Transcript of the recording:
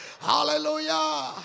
Hallelujah